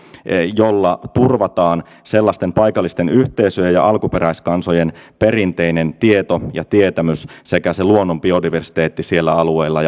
jolla turvataan paikallisten yhteisöjen ja alkuperäiskansojen perinteinen tieto ja tietämys sekä luonnon biodiversiteetti siellä alueilla